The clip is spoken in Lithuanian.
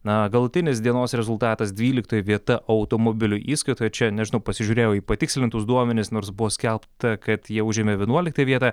na galutinis dienos rezultatas dvyliktoji vieta automobilių įskaitoje čia nežinau pasižiūrėjau į patikslintus duomenis nors buvo skelbta kad jie užėmė vienuoliktąją vietą